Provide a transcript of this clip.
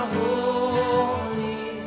holy